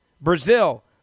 Brazil